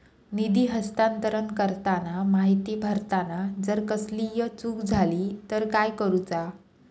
निधी हस्तांतरण करताना माहिती भरताना जर कसलीय चूक जाली तर काय करूचा?